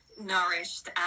nourished